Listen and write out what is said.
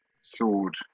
sword